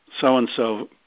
so-and-so